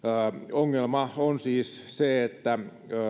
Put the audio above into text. ongelma on siis se että